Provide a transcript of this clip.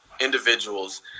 individuals